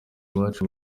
iwacu